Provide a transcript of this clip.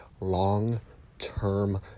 long-term